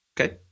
Okay